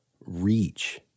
reach